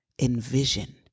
envision